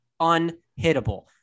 unhittable